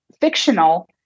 fictional